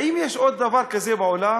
האם יש עוד דבר כזה בעולם?